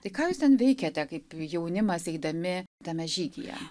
tai ką jūs ten veikiate kaip jaunimas eidami tame žygyje